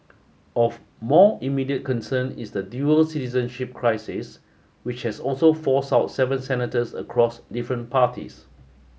of more immediate concern is the dual citizenship crisis which has also forced out seven senators across different parties